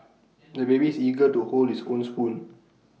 the baby is eager to hold his own spoon